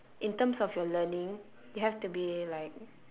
in terms of your learning you have to be like